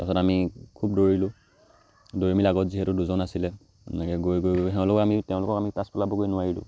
তাৰপাছত আমি খুব দৌৰিলোঁ দৌৰি মেলি আগত যিহেতু দুজন আছিলে এনেকৈ গৈ গৈ গৈ গৈ সিহঁতক আমি তেওঁলোকক আমি পাছ পেলাবগৈ নোৱাৰিলোঁ